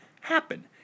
happen